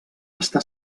està